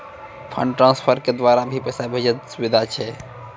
Fund transfer के द्वारा भी पैसा भेजै के सुविधा छै?